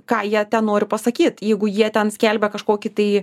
ką jie ten nori pasakyt jeigu jie ten skelbia kažkokį tai